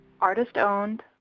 Artist-owned